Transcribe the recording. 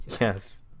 Yes